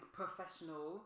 professional